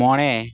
ᱢᱚᱬᱮ